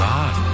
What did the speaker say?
God